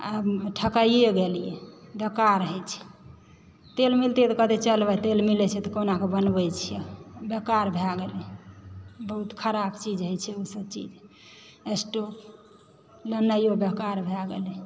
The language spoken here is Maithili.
आ ठकाइए गेलियै बेकार होइ छै तेल मिलतै तऽ कहतै चल भाय तेल मिलै छै तऽ कहुना कऽ बनबै छियै बेकार भए गेलै बहुत खराब चीज होइ छै ओ सब चीज स्टोव लेनाइयो बेकार भए गेलैए